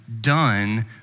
done